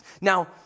Now